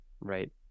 right